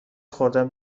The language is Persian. خوردن